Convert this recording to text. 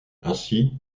ainsi